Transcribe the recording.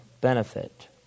benefit